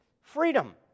freedom